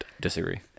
disagree